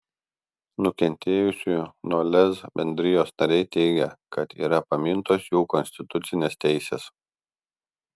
nukentėjusiųjų nuo lez bendrijos nariai teigia kad yra pamintos jų konstitucinės teisės